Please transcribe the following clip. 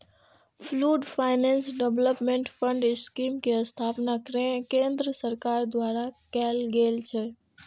pooled finance development fund scheme के स्थापना केंद्र सरकार द्वारा कैल गेल छै